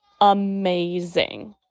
amazing